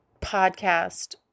podcast